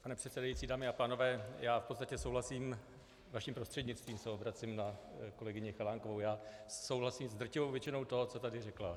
Pane předsedající, dámy a pánové, v podstatě souhlasím, vaším prostřednictvím se obracím na kolegyni Chalánkovou, souhlasím s drtivou většinou toho, co tady řekla.